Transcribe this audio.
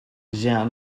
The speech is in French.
jehan